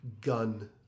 gun